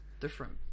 different